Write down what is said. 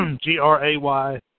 G-R-A-Y